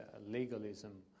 legalism